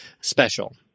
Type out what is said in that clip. special